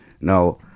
now